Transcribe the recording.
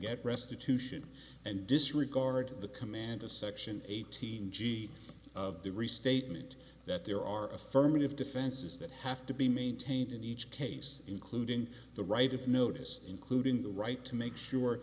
get restitution and disregard the command of section eighteen g of the restatement that there are affirmative defenses that have to be maintained in each case including the right of notice including the right to make sure